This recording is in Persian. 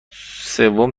سوم